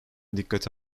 dikkate